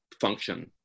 function